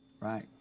Right